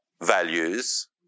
values